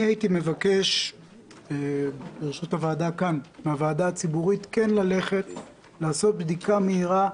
הייתי מבקש מן הוועדה הציבורית כן לערוך בדיקה מהירה,